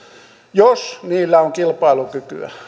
jos niillä on kilpailukykyä